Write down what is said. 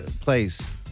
place